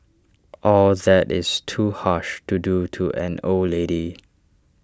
all that is too harsh to do to an old lady